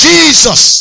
Jesus